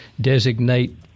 designate